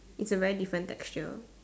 it's a very different texture